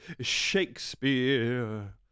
Shakespeare